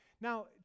Now